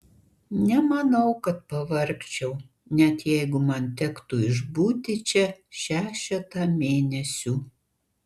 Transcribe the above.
nemanau kad pavargčiau net jeigu man tektų išbūti čia šešetą mėnesių